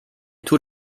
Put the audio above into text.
tut